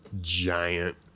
giant